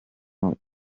out